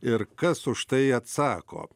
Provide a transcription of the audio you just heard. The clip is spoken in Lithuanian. ir kas už tai atsako